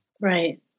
Right